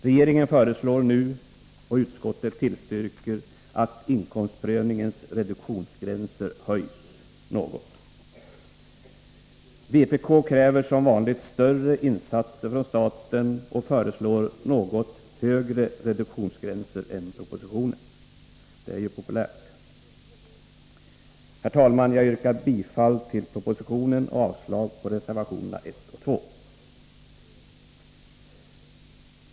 Regeringen föreslår nu — och utskottet tillstyrker — att inkomstprövningens reduktionsgränser höjs något. Vpk kräver som vanligt större insatser från staten och föreslår något högre reduktionsgränser än propositionens. Det är ju populärt. Herr talman! Jag yrkar bifall till propositionen och avslag på reservationerna 1 och 2.